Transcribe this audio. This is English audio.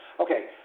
Okay